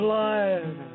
life